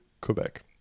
Quebec